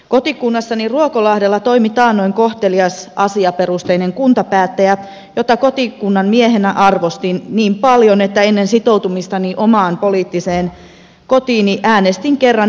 kotikunnassani ruokolahdella toimi taannoin kohtelias asiaperusteinen kuntapäättäjä jota kotikunnan miehenä arvostin niin paljon että ennen sitoutumistani omaan poliittiseen kotiini äänestin häntä kerran eduskuntaankin